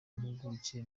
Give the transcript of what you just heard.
mpuguke